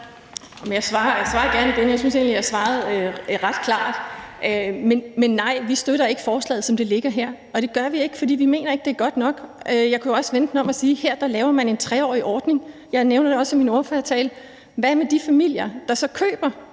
gerne med svaret igen, men jeg synes egentlig, at jeg svarede ret klart. Nej, vi støtter ikke forslaget, som det ligger her, og det gør vi ikke, fordi vi ikke mener, at det er godt nok. Jeg kunne også vende det om og sige, at her laver man en 3-årig ordning – jeg nævnte det også i min ordførertale – men hvad med de familier, der køber